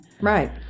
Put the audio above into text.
right